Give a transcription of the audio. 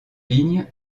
vignes